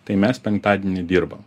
tai mes penktadienį dirbam